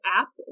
app